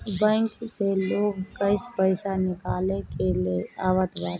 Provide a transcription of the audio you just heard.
bank से लोग cash पईसा निकाल के ले आवत बाटे